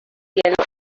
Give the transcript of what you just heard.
yellow